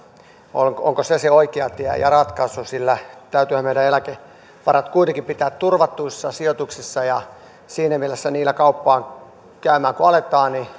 onko onko se se oikea tie ja ratkaisu täytyyhän meidän eläkevarat kuitenkin pitää turvatuissa sijoituksissa ja siinä mielessä kun niillä aletaan käymään kauppaa niin